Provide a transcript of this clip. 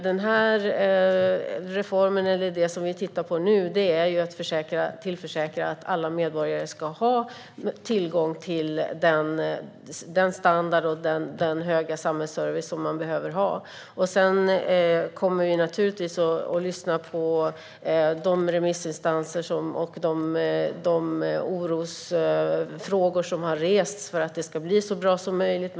Det vi tittar på nu är att tillförsäkra alla medborgare tillgång till den standard och den höga samhällsservice som man behöver ha. Sedan kommer vi naturligtvis att lyssna på remissinstanserna och på de orosfrågor som har rests, så att det ska bli så bra som möjligt.